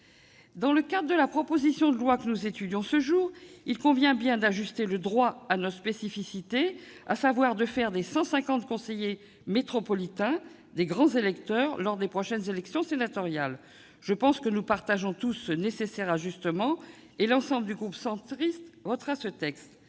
Dans le cadre de la proposition de loi que nous examinons aujourd'hui, il convient d'ajuster le droit à notre spécificité, à savoir de faire des 150 conseillers métropolitains des grands électeurs lors des prochaines élections sénatoriales. Nous partageons tous, me semble-t-il, l'idée de ce nécessaire ajustement, et l'ensemble du groupe centriste votera en